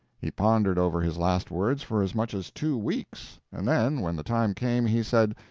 he pondered over his last words for as much as two weeks, and then when the time came, he said,